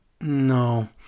No